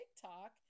TikTok